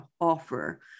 offer